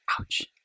Ouch